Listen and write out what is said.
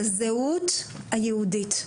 הזהות היהודית.